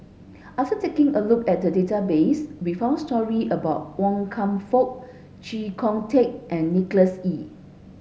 after taking a look at the database we found story about Wan Kam Fook Chee Kong Tet and Nicholas Ee